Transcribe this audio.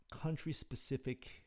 country-specific